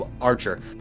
archer